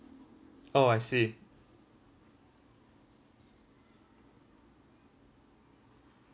orh I see